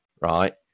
right